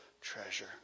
treasure